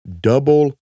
double